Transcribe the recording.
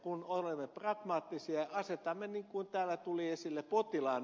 kun olemme pragmaattisia asetamme niin kuin täällä tuli esille potilaan